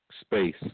space